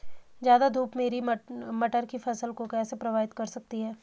ज़्यादा धूप मेरी मटर की फसल को कैसे प्रभावित कर सकती है?